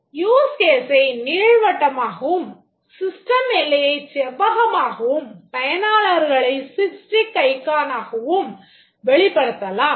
Use case ஐ நீள்வட்டமாகவும் system எல்லையைச் செவ்வகமாகவும் பயனாளர்களைக் stick icon ஆகவும் வெளிப்படுத்தலாம்